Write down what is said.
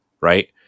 right